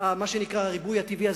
מה שנקרא הריבוי הטבעי,